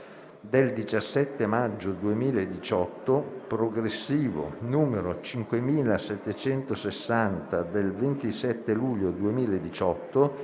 del 17 maggio 2018, progressivo n. 5760 del 27 luglio 2018,